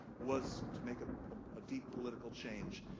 was to make a ah deep political change,